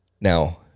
now